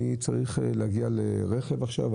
אני צריך להגיע לרכב עכשיו,